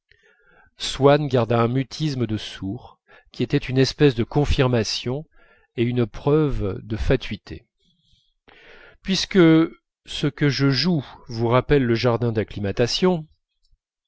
swann garda un mutisme de sourd qui était une espèce de confirmation et une preuve de fatuité puisque ce que je joue vous rappelle le jardin d'acclimatation